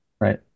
Right